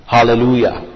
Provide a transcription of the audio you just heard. Hallelujah